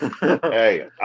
Hey